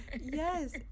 yes